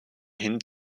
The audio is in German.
hin